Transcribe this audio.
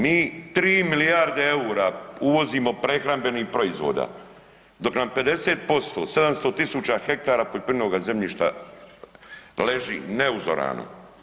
Mi 3 milijarde eura uvozimo prehrambenih proizvoda dok nam 50%, 700 000 ha poljoprivrednoga zemljišta leži neuzorano.